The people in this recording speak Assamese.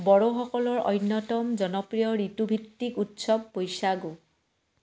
বড়োসকলৰ অন্যতম জনপ্ৰিয় ঋতুভিত্তিক উৎসৱ বৈশাগু